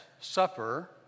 Supper